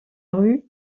rue